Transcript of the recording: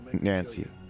Nancy